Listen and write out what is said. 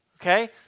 okay